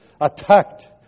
attacked